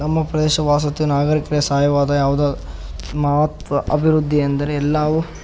ನಮ್ಮ ಪ್ರದೇಶ ವಸತಿ ನಾಗರೀಕರ ಸಹಾಯವಾದ ಯಾವುದು ಮಾತ್ರ ಅಭಿವೃದ್ಧಿ ಎಂದರೆ ಎಲ್ಲವೂ